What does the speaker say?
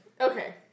Okay